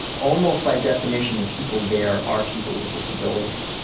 almost by definition the people there are people with disabilities.